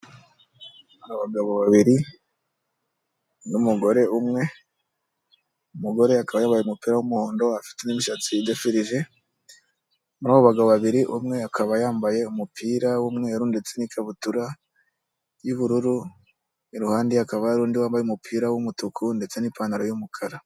Abagabo babiri n'umugore umwe umugore akaba yambaye umupira w'umuhondo n'imishatsi idefirije abagabo babiri umwe akaba yambaye umupira w'umweru ndetse n'ikabutura y'ubururu iruhande hakaba hari undi wambaye umupira w'umutuku ndetse n'ipantaro yumukara.